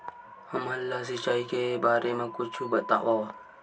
हमन ला सिंचाई के बारे मा कुछु बतावव?